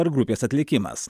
ar grupės atlikimas